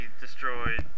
Destroyed